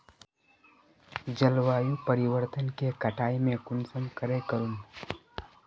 जलवायु परिवर्तन के कटाई में कुंसम करे करूम?